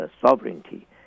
sovereignty